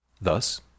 Thus